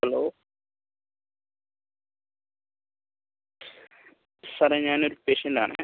hello സാറേ ഞാൻ ഒരു പേഷ്യൻ്റാണേ